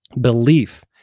belief